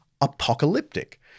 apocalyptic